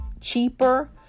cheaper